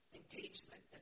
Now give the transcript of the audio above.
engagement